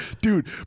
Dude